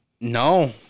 No